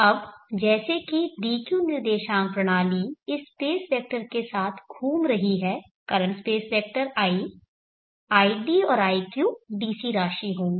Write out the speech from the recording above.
अब जैसे कि dq निर्देशांक प्रणाली इस स्पेस वेक्टर के साथ घूम रही है current space vector i id और iq DC राशि होगी